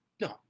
no